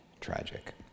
tragic